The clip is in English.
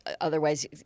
otherwise